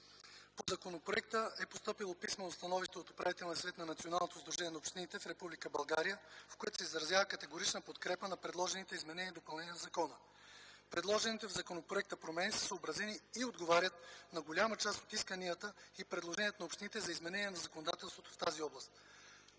на общините в Република България, в което се изразява категоричната подкрепа на предложените изменения и допълнения в закона. Предложените в законопроекта промени са съобразени и отговарят на голяма част от исканията и предложенията на общините за изменение на законодателството в тази област.